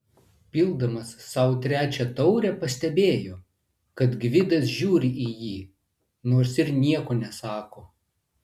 pildamas sau trečią taurę pastebėjo kad gvidas žiūri į jį nors ir nieko nesako